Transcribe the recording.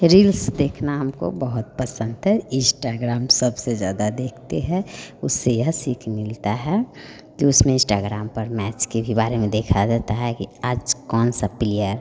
reels देखना हमको बहुत पसंद है इस्टाग्राम सबसे ज़्यादा देखते है उससे यह सीख मिलता है कि उसमें इस्टाग्राम पर मैच के भी बारे में दिखाया जाता है कि आज कौन सा प्लियर